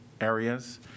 areas